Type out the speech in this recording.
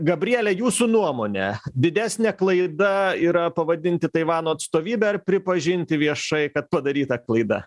gabriele jūsų nuomone didesnė klaida yra pavadinti taivano atstovybę ar pripažinti viešai kad padaryta klaida